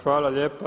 Hvala lijepa.